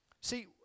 See